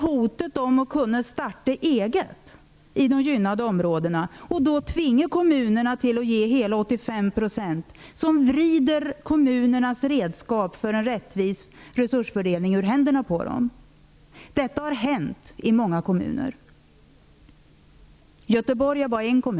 Hotet om att kunna starta eget i gynnade områden, varvid kommunerna tvingas ge hela 85 % i ersättning, vrider nämligen redskapet för en rättvis fördelning ur kommunernas händer så att säga. Detta har hänt i många kommuner. Göteborg är bara ett exempel.